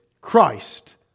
Christ